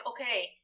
okay